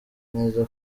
neza